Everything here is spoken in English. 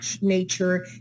nature